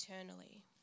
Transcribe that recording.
eternally